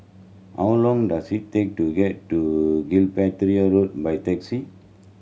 how long does it take to get to Gibraltar Road by taxi